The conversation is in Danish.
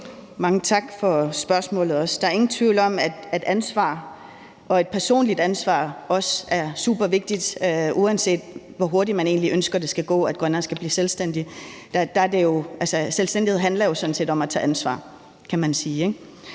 Mange tak for spørgsmålet. Der er ingen tvivl om, at ansvar og også et personligt ansvar er supervigtigt, uanset hvor hurtigt man egentlig ønsker det skal gå, at Grønland skal blive selvstændigt. Selvstændighed handler jo sådan set om at tage ansvar,